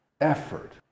effort